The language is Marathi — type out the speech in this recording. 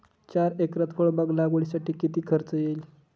चार एकरात फळबाग लागवडीसाठी किती खर्च येईल?